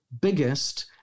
biggest